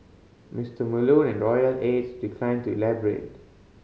Mister Malone and royal aides declined to elaborate